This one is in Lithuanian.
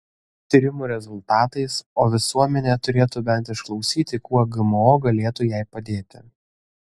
tyrimų rezultatais o visuomenė turėtų bent išklausyti kuo gmo galėtų jai padėti